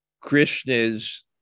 Krishna's